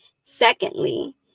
Secondly